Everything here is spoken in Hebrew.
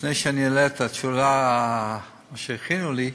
לפני שאני אענה את התשובה שהכינו לי,